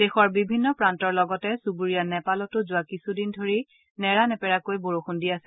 দেশৰ বিভিন্ন প্ৰান্তৰ লগতে চুবুৰীয়া নেপালতো যোৱা কিছুদিন ধৰি নেৰানেপেৰাকৈ বৰষুণ দি আছে